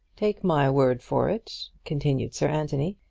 take my word for it, continued sir anthony,